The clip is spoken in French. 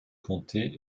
comté